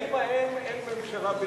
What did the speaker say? ובימים ההם אין ממשלה בישראל.